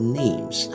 names